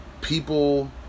people